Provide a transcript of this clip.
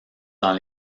dans